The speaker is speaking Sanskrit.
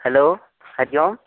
हलो हरिः ओम्